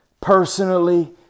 personally